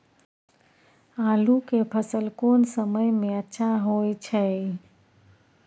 आलू के फसल कोन समय में अच्छा होय छै?